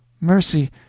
Mercy